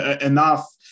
enough